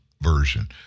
version